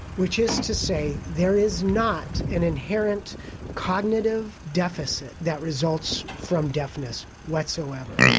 which is to say there is not an inherent cognitive deficit that results from deafness whatsoever.